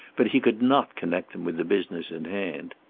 but he could not connect them with the business in hand.